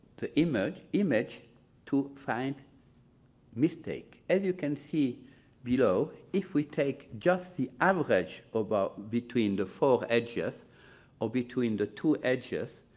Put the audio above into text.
the image image to find mistake. as you can see below, if we take just the average about between the four edges or between the two edges,